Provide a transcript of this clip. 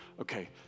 okay